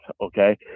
Okay